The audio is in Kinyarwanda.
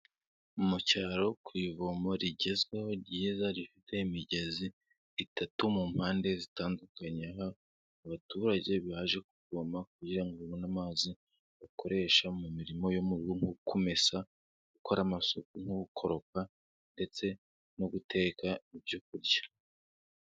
Mu cyaro ku ivomo rigezweho ryiza rifite imigezi itatu mu mpande zitandukanye, abaturage baje kuvoma kugira ngo babone amazi bakoresha mu mirimo yo mu rugo kumesa, gukora amasuku nko kugukopa ndetse no guteka ibyoku kurya.